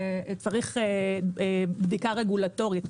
וצריך בדיקה רגולטורית.